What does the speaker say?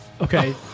Okay